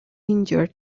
injured